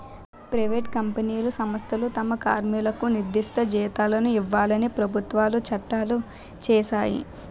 private కంపెనీలు సంస్థలు తమ కార్మికులకు నిర్దిష్ట జీతాలను ఇవ్వాలని ప్రభుత్వాలు చట్టాలు చేశాయి